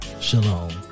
Shalom